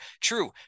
True